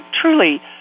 truly